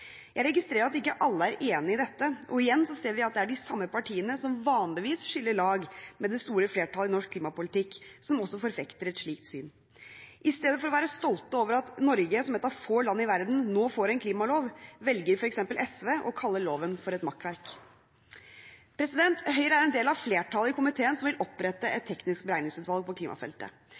Jeg registrerer at ikke alle er enig i dette, og igjen ser vi at det er de samme partiene som vanligvis skiller lag med det store flertallet i norsk klimapolitikk, som også forfekter et slikt syn. I stedet for å være stolte over at Norge, som et av få land i verden, nå får en klimalov, velger f.eks. SV å kalle loven et makkverk. Høyre er en del av flertallet i komiteen, som vil opprette et teknisk beregningsutvalg på klimafeltet.